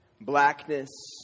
blackness